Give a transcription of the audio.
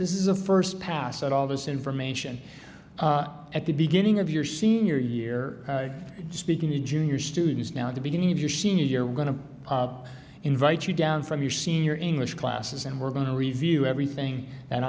this is a first pass at all this information at the beginning of your senior year speaking to junior students now at the beginning of your senior year we're going to invite you down from your senior english classes and we're going to review everything and